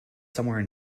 somewhere